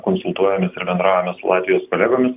konsultuojamės ir bendraujame su latvijos kolegomis